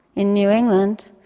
in new england,